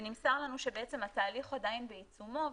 נמסר לנו שבעצם התהליך עדיין בעיצומו,